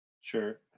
Sure